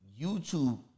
YouTube